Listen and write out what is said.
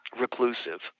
reclusive